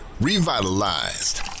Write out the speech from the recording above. revitalized